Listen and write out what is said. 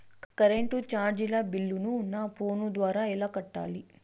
Current చార్జీల బిల్లును, నా ఫోను ద్వారా ఎలా కట్టాలి?